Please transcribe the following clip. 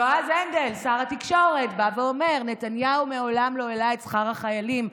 יועז הנדל שר התקשורת בא ואומר: נתניהו מעולם לא העלה את שכר החיילים,